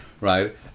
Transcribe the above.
right